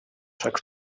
шаг